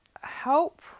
help